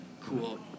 cool